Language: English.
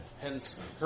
Hence